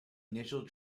initial